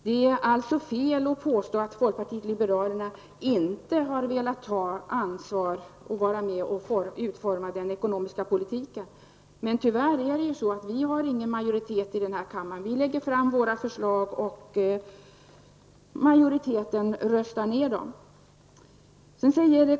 Det är alltså fel att påstå att folkpartiet liberalerna inte velat vara med om att utforma den ekonomiska politiken. Men det är ju tyvärr så att vi inte har någon majoritet i kammaren. Vi lägger fram våra förslag, och majoriteten röstar ner dem.